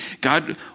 God